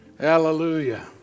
Hallelujah